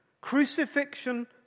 crucifixion